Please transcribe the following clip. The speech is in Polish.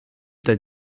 ten